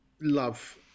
love